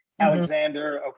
Alexander